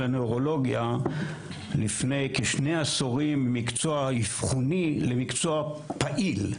הנוירולוגיה לפני כשני עשורים ממקצוע אבחוני למקצוע פעיל.